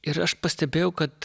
ir aš pastebėjau kad